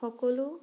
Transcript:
সকলো